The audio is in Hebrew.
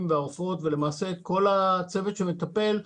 והרופאות ולמעשה את כל הצוות שמטפל,